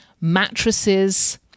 mattresses